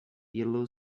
yellow